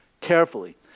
carefully